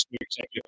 executive